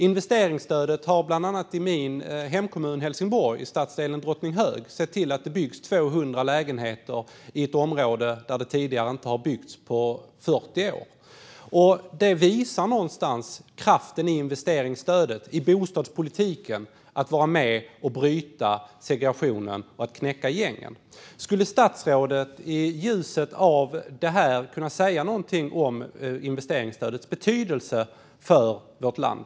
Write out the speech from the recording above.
Investeringsstödet har bland annat i min hemkommun Helsingborg, i stadsdelen Drottninghög, inneburit att det byggs 200 lägenheter i ett område där det tidigare inte har byggts på 40 år. Det visar någonstans kraften i att investeringsstödet och bostadspolitiken är med i arbetet för att bryta segregationen och knäcka gängen. Skulle statsrådet i ljuset av detta kunna säga någonting om investeringsstödets betydelse för vårt land?